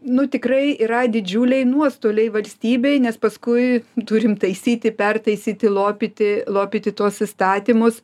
nu tikrai yra didžiuliai nuostoliai valstybei nes paskui turim taisyti pertaisyti lopyti lopyti tuos įstatymus